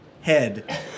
head